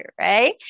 Right